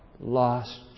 lost